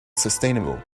sustainable